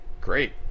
great